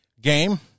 game